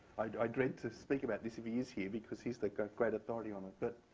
i dread to speak about this if he is here, because he's the great authority on it. but